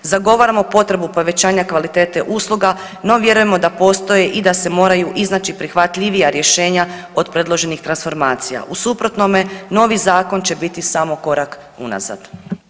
Zagovaramo potrebu povećanja kvalitete usluga, no vjerujemo da postoji i da se moraju iznaći prihvatljivija rješenja od predloženih transformacija u suprotnome novi zakon će biti samo korak unazad.